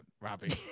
Robbie